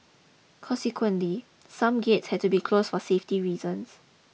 consequently some gates had to be closed for safety reasons